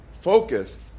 Focused